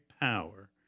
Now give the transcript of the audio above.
power